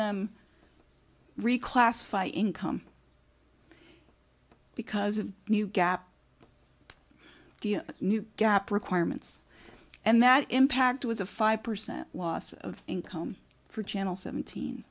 them reclassify income because of the new gap the new gap requirements and that impact was a five percent loss of income for channel seventeen